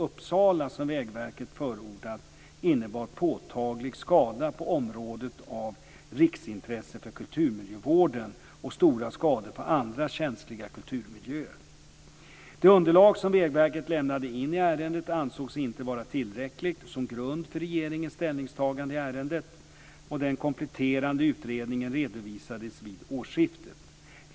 Uppsala som Vägverket förordat innebar påtaglig skada på områden av riksintresse för kulturmiljövården och stora skador på andra känsliga kulturmiljöer. Det underlag som Vägverket lämnat in i ärendet ansågs inte vara tillräckligt som grund för regeringens ställningstagande i ärendet. Den kompletterande utredningen redovisades vid årsskiftet.